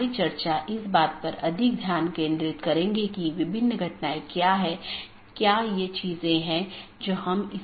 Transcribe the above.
एक विशेष उपकरण या राउटर है जिसको BGP स्पीकर कहा जाता है जिसको हम देखेंगे